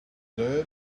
dirt